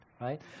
right